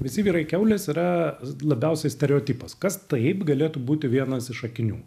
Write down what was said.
visi vyrai kiaulės yra labiausiai stereotipas kad taip galėtų būti vienas iš akinių